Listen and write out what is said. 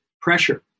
pressure